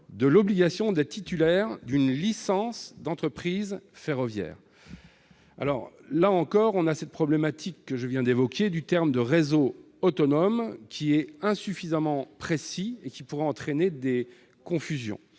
de l'obligation d'être titulaires d'une licence d'entreprise ferroviaire. On retombe sur cette problématique que je viens d'évoquer au sujet du qualificatif « autonomes », qui est insuffisamment précis et qui pourrait entraîner des confusions.